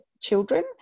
children